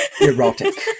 Erotic